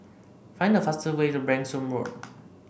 find the fastest way to Branksome Road